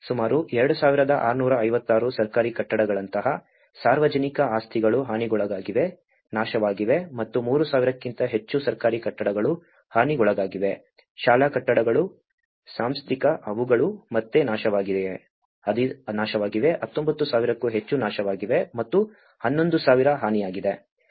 ಸುಮಾರು 2656 ಸರ್ಕಾರಿ ಕಟ್ಟಡಗಳಂತಹ ಸಾರ್ವಜನಿಕ ಆಸ್ತಿಗಳು ಹಾನಿಗೊಳಗಾಗಿವೆ ನಾಶವಾಗಿವೆ ಮತ್ತು 3000 ಕ್ಕಿಂತ ಹೆಚ್ಚು ಸರ್ಕಾರಿ ಕಟ್ಟಡಗಳು ಹಾನಿಗೊಳಗಾಗಿವೆ ಶಾಲಾ ಕಟ್ಟಡಗಳು ಸಾಂಸ್ಥಿಕ ಅವುಗಳು ಮತ್ತೆ ನಾಶವಾಗಿವೆ 19000 ಕ್ಕೂ ಹೆಚ್ಚು ನಾಶವಾಗಿವೆ ಮತ್ತು 11000 ಹಾನಿಯಾಗಿದೆ